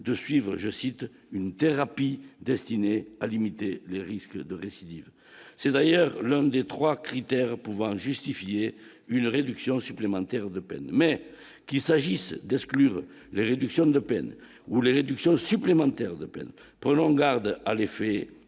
de suivre, je cite, une thérapie destinée à limiter les risques de récidive, c'est d'ailleurs l'un des 3 critères pouvant justifier une réduction supplémentaire de peine mais qu'il s'agisse d'exclure les réductions de peine ou les réductions supplémentaires de plaine, prenons garde à l'effet